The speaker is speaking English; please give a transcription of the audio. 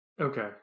Okay